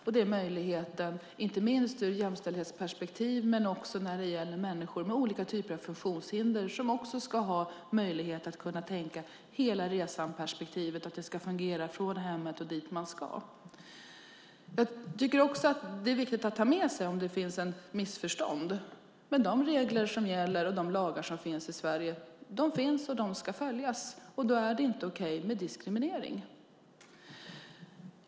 Det gäller möjligheten, inte minst ur jämställdhetsperspektiv men också för människor med olika typer av funktionshinder, att ha ett hela-resan-perspektiv. Det ska fungera från hemmet och dit man ska. Jag tycker också att det är viktigt att ta med sig, om det finns ett missförstånd, att de regler och lagar som finns och gäller i Sverige ska följas, och då är det inte okej med diskriminering.